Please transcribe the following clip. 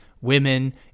women